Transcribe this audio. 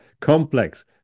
complex